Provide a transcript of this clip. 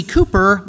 Cooper